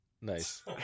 Nice